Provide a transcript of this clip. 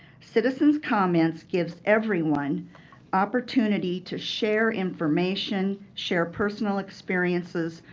citizens comments gives everyone opportunity to share information, share personal experiences,